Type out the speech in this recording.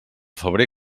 febrer